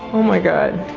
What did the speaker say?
oh my god.